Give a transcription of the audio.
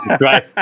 Right